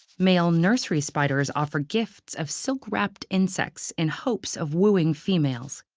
male nursery spiders offer gifts of silk-wrapped insects in hopes of wooing females.